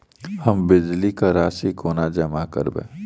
हम बिजली कऽ राशि कोना जमा करबै?